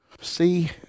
see